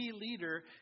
leader